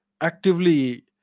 actively